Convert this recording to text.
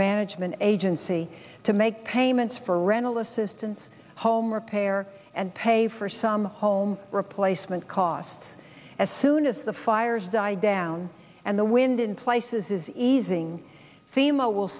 management agency to make payments for rental assistance home repair and pay for some home replacement costs as soon as the fires die down and the wind in places is easing thema will